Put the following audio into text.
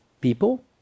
people